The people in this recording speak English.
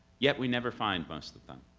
yet we never find most of them.